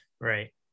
Right